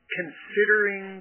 considering